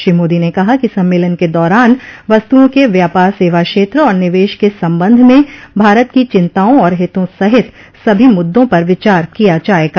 श्री मोदी ने कहा कि सम्मेलन के दौरान वस्तुओं के व्यापार सेवा क्षेत्र और निवेश के संबंध में भारत की चिंताओं और हितों सहित सभी मुद्दों पर विचार किया जाएगा